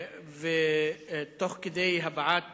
תוך כדי הבעת